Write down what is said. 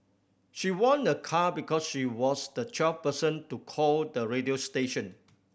she won a car because she was the twelfth person to call the radio station